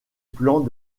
plans